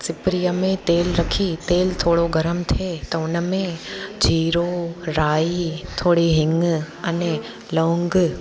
सिपरीअ में तेलु रखी तेलु थोरो गरमु थिए त उन में जीरो राई थोरी हीङ अने लौंग